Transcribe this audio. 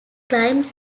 climbs